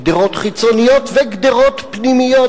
גדרות חיצוניות וגדרות פנימיות,